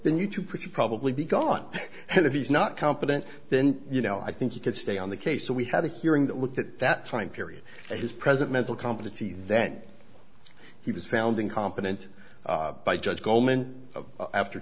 then you too pretty probably be gone and if he's not competent then you know i think you could stay on the case so we had a hearing that looked at that time period and his present mental competency then he was found incompetent by judge goldman after